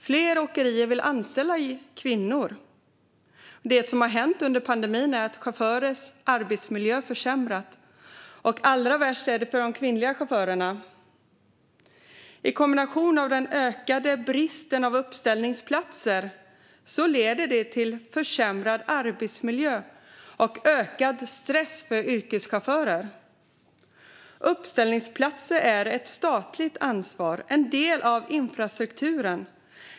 Fler åkerier vill anställa kvinnor, men det som har hänt under pandemin är att chaufförers arbetsmiljö har försämrats. Allra värst är det för kvinnliga chaufförer. I kombination med den ökade bristen på uppställningsplatser leder detta till försämrad arbetsmiljö och ökad stress för yrkeschaufförer. Uppställningsplatser är en del av infrastrukturen och därför ett statligt ansvar.